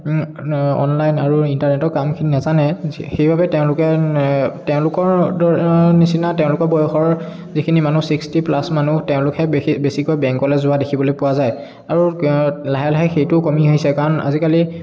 online আৰু ইণ্টাৰনেটৰ কামখিনি নাজানে সেইবাবে তেওঁলোকে তেওঁলোকৰ নিচিনা তেওঁলোকৰ বয়সৰ যিখিনি মানুহ ছিক্সটি প্লাছ মানুহ তেওঁলোকহে বিশে বেছিকৈ বেংকলৈ যোৱা দেখিবলৈ পোৱা যায় আৰু লাহে লাহে সেইটোও কমি আহিছে কাৰণ আজিকালি